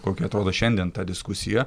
kokia atrodo šiandien ta diskusija